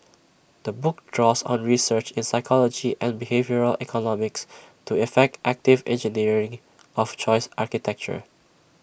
the book draws on research in psychology and behavioural economics to effect active engineering of choice architecture